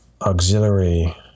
Auxiliary